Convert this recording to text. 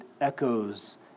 echoes